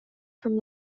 from